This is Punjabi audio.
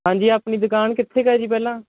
ਹਾਂਜੀ ਆਪਣੀ ਦੁਕਾਨ ਕਿੱਥੇ ਕੁ ਹੈ ਜੀ ਪਹਿਲਾਂ